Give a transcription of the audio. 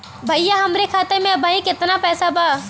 भईया हमरे खाता में अबहीं केतना पैसा बा?